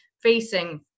facing